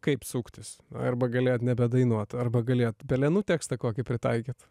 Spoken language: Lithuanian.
kaip suktis arba galėjot nebedainuot arba galėjot pelenų tekstą kokį pritaikyt